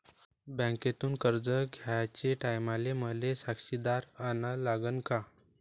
बँकेतून कर्ज घ्याचे टायमाले मले साक्षीदार अन लागन का?